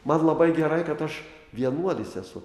man labai gerai kad aš vienuolis esu